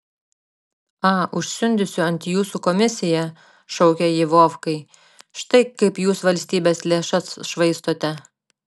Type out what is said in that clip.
a užsiundysiu ant jūsų komisiją šaukė ji vovkai štai kaip jūs valstybės lėšas švaistote